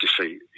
defeat